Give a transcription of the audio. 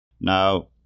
Now